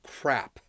crap